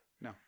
No